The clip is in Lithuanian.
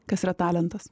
kas yra talentas